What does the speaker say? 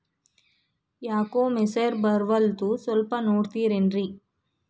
ಯಾಕೊ ಮೆಸೇಜ್ ಬರ್ವಲ್ತು ಸ್ವಲ್ಪ ನೋಡ್ತಿರೇನ್ರಿ?